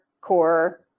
core